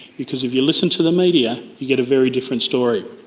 because if you listen to the media you get a very different story.